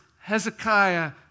Hezekiah